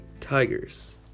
Tigers